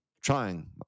trying